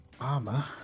armor